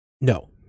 No